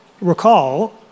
recall